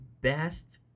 best